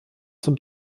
zum